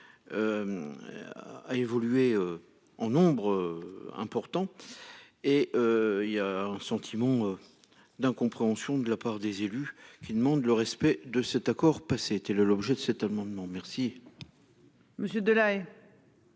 A évolué en nombre important. Et. Il y a un sentiment. D'incompréhension de la part des élus qui demandent le respect de cet accord passé été le l'objet de cet amendement. Merci.-- Monsieur de La